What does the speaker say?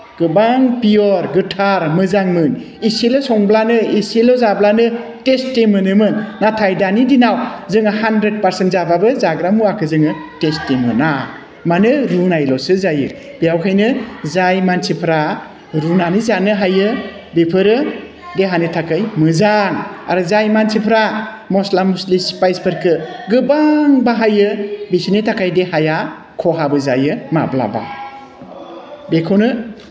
गोबां पिय'र गोथार मोजांमोन एसेल' संब्लानो एसेल' जाब्लानो टेस्टि मोनोमोन नाथाय दानि दिनाव जोङो हाण्ड्रेट पारसेन्ट जाबाबो जाग्रा मुवाखौ जोङो टेस्टि मोना माने रुनायल'सो जायो बेखायनो जाय मानसिफोरा रुनानै जानो हायो बिसोरो देहानि थाखाय मोजां आरो जाय मानसिफोरा मस्ला मस्लि स्पाइसफोरखौ गोबां बाहायो बिसोरनि थाखाय देहाया खहाबो जायो माब्लाबा बेखौनो